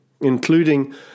including